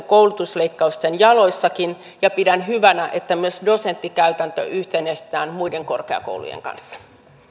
koulutusleikkausten jaloissakin ja pidän hyvänä että myös dosenttikäytäntö yhtenäistetään muiden korkeakoulujen kanssa